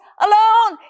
alone